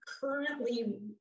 currently